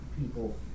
people